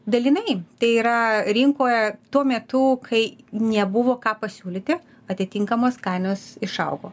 dalinai tai yra rinkoje tuo metu kai nebuvo ką pasiūlyti atitinkamos kainos išaugo